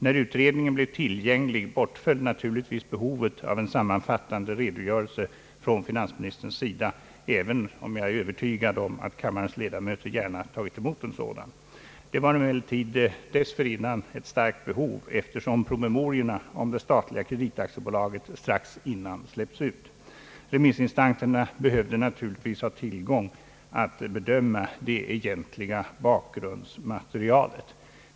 När utredningen blev tillgänglig bortföll naturligtvis behovet av en sammanfattande redogörelse från finansministerns sida, även om jag är övertygad om att kammarens ledamöter gärna tagit emot en sådan. Det förelåg emellertid dessförinnan ett starkt behov, eftersom promemorierna om det statliga kreditaktiebolaget strax förut släppts ut. Remissinstanserna behövde naturligtvis ha möjligheter att bedöma det egentliga bakgrundsmaterialet.